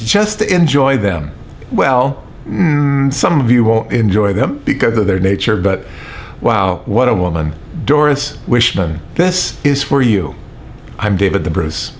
just to enjoy them well some of you won't enjoy them because of their nature but wow what a woman doris wish none this is for you i'm david the br